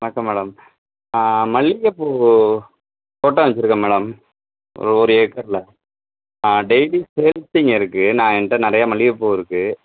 வணக்கம் மேடம் மல்லிகைப்பூ தோட்டம் வச்சிருக்கேன் மேடம் ஒரு ஒரு ஏக்கரில் டெய்லி சேல்ஸிங் இருக்கு நான் என்கிட்ட நிறைய மல்லிகைப்பூ இருக்கு